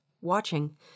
watching